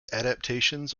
adaptations